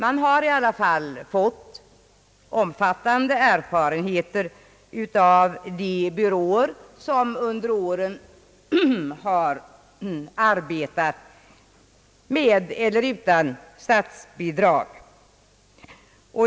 Man har i alla fall fått omfattande erfarenheter av de byråer som under åren arbetat med eller utan statsbidrag.